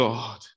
God